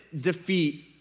defeat